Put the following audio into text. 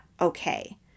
okay